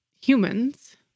humans